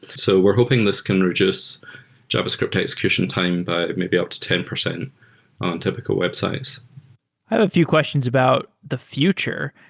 so we're hoping this can reduce javascript execution time by maybe up to ten percent on typical websites. i have a few questions about the future.